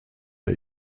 der